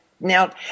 Now